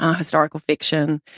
ah historical fiction.